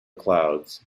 clouds